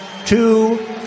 Two